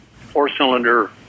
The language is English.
four-cylinder